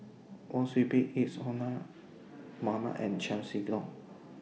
Wang Sui Pick Isadhora Mohamed and Chiam See Tong